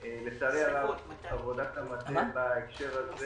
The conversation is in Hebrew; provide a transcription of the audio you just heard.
לצערי הרב, עבודות המטה בהקשר הזה